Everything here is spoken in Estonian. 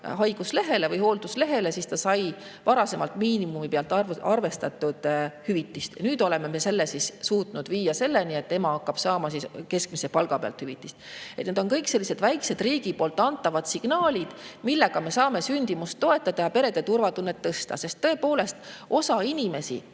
haiguslehele või lapsega hoolduslehele, siis varasemalt ta sai miinimum[palga] pealt arvestatud hüvitist. Nüüd oleme suutnud selle viia selleni, et ema hakkab saama hüvitist keskmise palga pealt. Need on kõik sellised väiksed riigi antavad signaalid, millega me saame sündimust toetada ja perede turvatunnet tõsta, sest tõepoolest, osa inimesi